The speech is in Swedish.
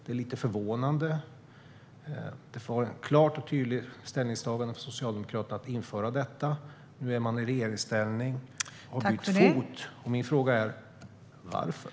Det är lite förvånande eftersom det gjordes ett klart och tydligt ställningstagande från Socialdemokraterna att införa detta. Nu är man i regeringsställning och har bytt fot. Min fråga är: Varför?